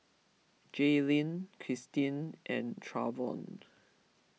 Jaylynn Kristin and Travon